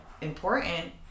important